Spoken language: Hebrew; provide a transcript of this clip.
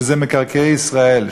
שזה מקרקעי ישראל,